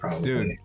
Dude